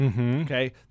Okay